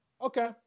Okay